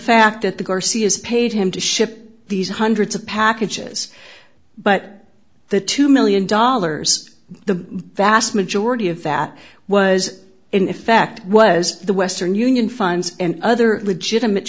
fact that the garcias paid him to ship these hundreds of packages but the two million dollars the vast majority of that was in effect was the western union funds and other legitimate